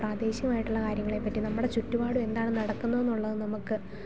പ്രാദേശികമായിട്ടുള്ള കാര്യങ്ങളെപ്പറ്റി നമ്മുടെ ചുറ്റുപാട് എന്താണ് നടക്കുന്നെന്ന് ഉള്ളത് നമുക്ക്